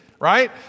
Right